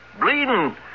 bleeding